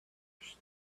thirsty